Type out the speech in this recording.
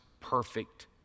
perfect